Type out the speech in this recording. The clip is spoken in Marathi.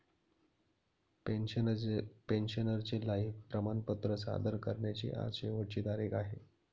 पेन्शनरचे लाइफ प्रमाणपत्र सादर करण्याची आज शेवटची तारीख आहे